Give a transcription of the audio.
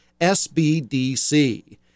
SBDC